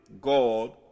God